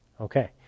Okay